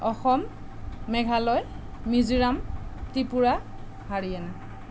Assam Meghalaya Mizoram Tripura Haryana